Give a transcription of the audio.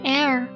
air